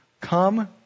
Come